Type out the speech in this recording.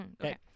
Okay